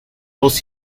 dos